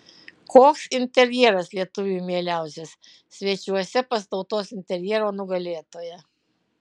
koks interjeras lietuviui mieliausias svečiuose pas tautos interjero nugalėtoją